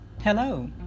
Hello